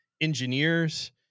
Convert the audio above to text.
engineers